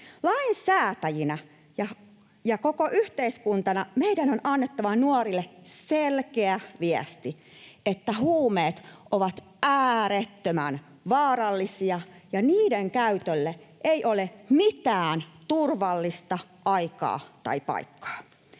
Lainsäätäjinä ja koko yhteiskuntana meidän on annettava nuorille selkeä viesti, että huumeet ovat äärettömän vaarallisia ja niiden käytölle ei ole mitään turvallista aikaa tai paikkaa.